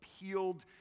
appealed